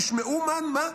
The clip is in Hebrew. תשמעו מה,